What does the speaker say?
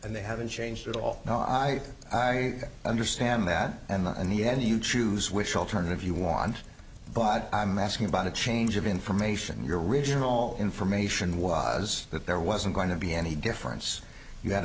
and they haven't changed at all no i understand that and in the end you choose which alternative you want but i'm asking about a change of information in your original information was that there wasn't going to be any difference you had